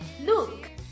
Look